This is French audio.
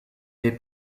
des